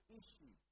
issue